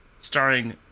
starring